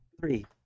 three